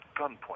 gunpoint